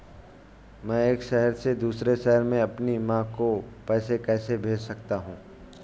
मैं एक शहर से दूसरे शहर में अपनी माँ को पैसे कैसे भेज सकता हूँ?